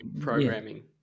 programming